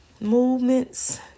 Movements